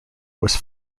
was